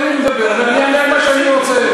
תן לי לדבר ואני אענה על מה שאני רוצה.